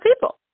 people